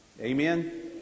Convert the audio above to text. Amen